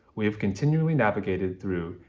we have continually navigated through,